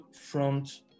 front